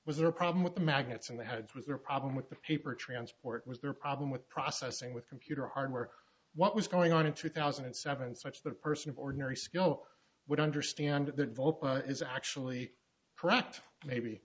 was there a problem with the magnets and they had was there a problem with the paper transport was there a problem with processing with computer hardware or what was going on in two thousand and seven such that a person of ordinary scope would understand that vulcan is actually correct maybe